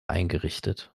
eingerichtet